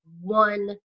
one